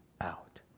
out